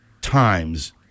times